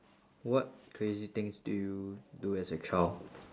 what crazy things did you do as a child